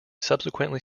subsequently